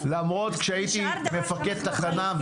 שצריך לתכלל אותם,